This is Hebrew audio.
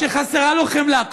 שחסרה לו חמלה.